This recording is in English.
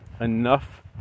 enough